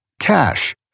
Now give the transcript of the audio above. Cash